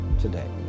today